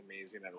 amazing